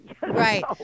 right